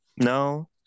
no